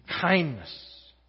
kindness